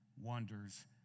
wonders